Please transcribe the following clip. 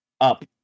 up